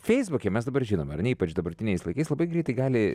feisbuke mes dabar žinom ar ne ypač dabartiniais laikais labai greitai gali